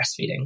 breastfeeding